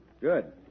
Good